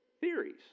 theories